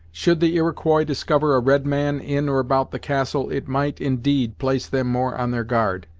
should the iroquois discover a red man, in or about the castle, it might, indeed, place them more on their guard,